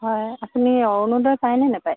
হয় আপুনি অৰুণোদয় পায়নে নাপায়